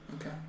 Okay